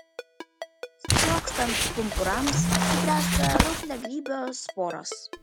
sprogstant pumpurams subręsta rauplėgrybio sporos